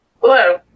Hello